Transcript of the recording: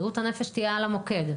בריאות הנפש תהיה על המוקד.